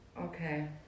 Okay